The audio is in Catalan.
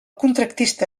contractista